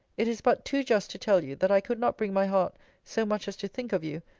it is but too just to tell you, that i could not bring my heart so much as to think of you,